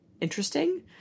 interesting